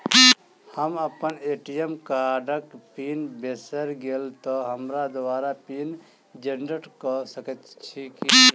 हम अप्पन ए.टी.एम कार्डक पिन बिसैर गेलियै तऽ हमरा दोबारा पिन जेनरेट कऽ सकैत छी की?